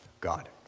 God